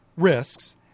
risks